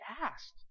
asked